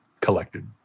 collected